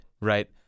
Right